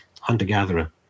hunter-gatherer